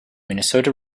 minnesota